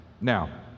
Now